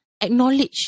acknowledge